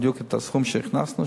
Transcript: בדיוק את הסכום שהכנסנו,